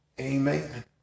Amen